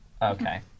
Okay